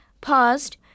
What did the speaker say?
paused